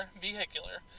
vehicular